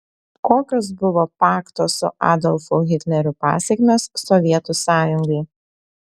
kokios buvo pakto su adolfu hitleriu pasekmės sovietų sąjungai